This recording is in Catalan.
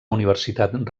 universitat